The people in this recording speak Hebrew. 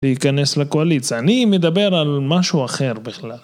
להיכנס לקואליציה, אני מדבר על משהו אחר בכלל